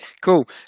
Cool